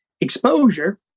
exposure